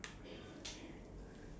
like silent like that